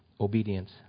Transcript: obedience